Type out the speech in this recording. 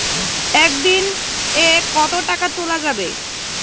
একদিন এ কতো টাকা তুলা যাবে?